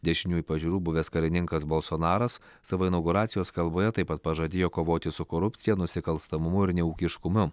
dešiniųjų pažiūrų buvęs karininkas bolsonaras savo inauguracijos kalboje taip pat pažadėjo kovoti su korupcija nusikalstamumu ir neūkiškumu